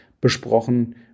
besprochen